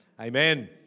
Amen